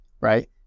right